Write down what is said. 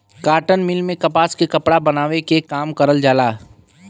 cotton mill में कपास से कपड़ा बनावे के काम करल जाला